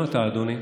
גם אתה, אדוני,